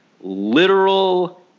Literal